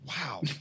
Wow